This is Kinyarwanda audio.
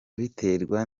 biterwa